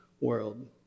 world